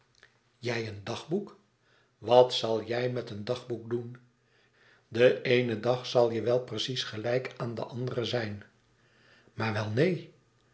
jij een dagboek wat zal jij met een dagboek doen de eene dag zal je wel precies gelijk aan den andere zijn maar wel neen